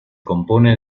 compone